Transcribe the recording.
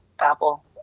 Apple